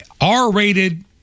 R-rated